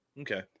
Okay